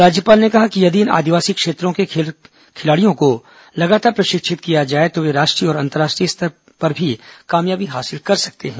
राज्यपाल ने कहा कि यदि इन आदिवासी क्षेत्रों के खेल प्रतिभाओं को लगातार प्रशिक्षित किया जाए तो ये राष्ट्रीय और अंतर्राष्ट्रीय स्पर्धाओं में भी कामयाबी हासिल कर सकते हैं